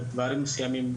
עושה רע במובנים מסוימים.